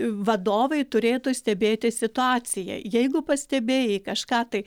vadovai turėtų stebėti situaciją jeigu pastebėjai kažką tai